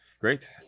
great